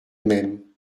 même